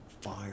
fire